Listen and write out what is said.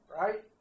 right